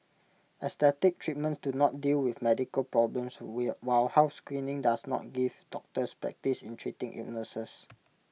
aesthetic treatments do not deal with medical problems will while health screening does not give doctors practice in treating illnesses